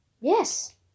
Yes